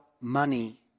money